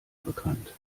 bekannt